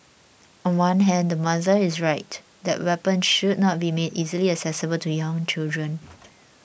on one hand the mother is right that weapons should not be made easily accessible to young children